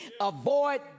avoid